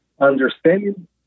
understanding